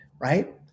Right